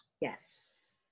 Yes